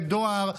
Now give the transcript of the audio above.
ודואר,